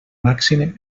màxim